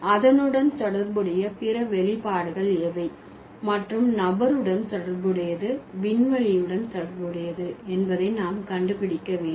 அதனுடன் தொடர்புடைய பிற வெளிப்பாடுகள் எவை மற்றும் நபருடன் தொடர்புடையது விண்வெளியுடன் தொடர்புடையது என்பதை நாம் கண்டுபிடிக்க வேண்டும்